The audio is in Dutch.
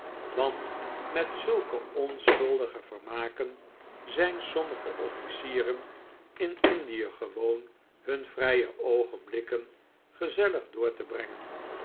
want met zulke onschuldige vermaken zijn sommige offlcieren in indie gewoon hun vrije oogenblikken gezellig door te brengen